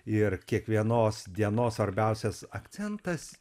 ir kiekvienos dienos svarbiausias akcentas